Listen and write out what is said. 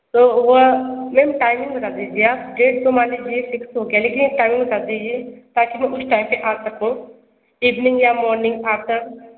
तो वो ma'am timing बता दीजिए आप डेट तो मान लीजिए फ़िक्स हो गया लेकिन एक टाइमिंग बता दीजिए ताकि मैं उस टाइम पर आ सकूँ इवनिंग या मॉर्निंग आफ्टर